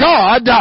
God